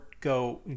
go